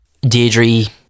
Deirdre